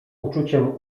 uczuciem